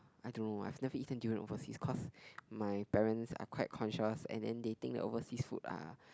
I don't know I have never eaten durian overseas cause my parents are quite conscious and then they think overseas food are